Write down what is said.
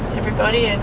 everybody, and